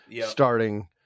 starting